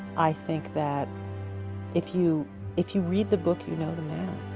i think that if you if you read the book you know the man,